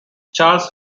charles